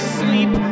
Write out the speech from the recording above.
sleep